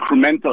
incremental